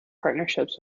partnerships